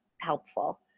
helpful